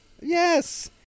yes